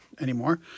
anymore